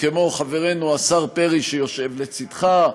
כמו חברנו השר פרי שיושב לצדך,